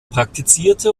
praktizierte